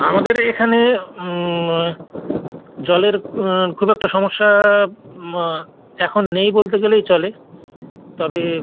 আমাদের এখানে জলের খুব একটা সমস্যা এখন নেই বলতে গেলেই চলে তবে